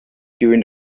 during